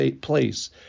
place